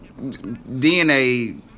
DNA